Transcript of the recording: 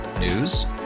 News